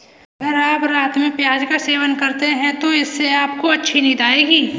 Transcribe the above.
अगर आप रात में प्याज का सेवन करते हैं तो इससे आपको अच्छी नींद आएगी